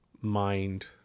mind